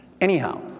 anyhow